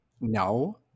No